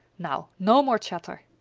now no more chatter!